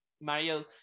Mario